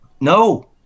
No